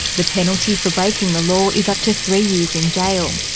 the penalty for breaking the law is up to three years in jail.